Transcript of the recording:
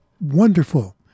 wonderful